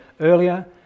earlier